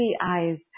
eyes